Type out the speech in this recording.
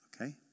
Okay